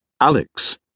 Alex